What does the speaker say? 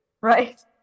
Right